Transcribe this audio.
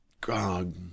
God